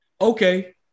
okay